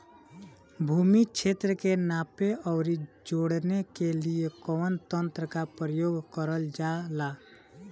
भूमि क्षेत्र के नापे आउर जोड़ने के लिए कवन तंत्र का प्रयोग करल जा ला?